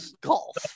golf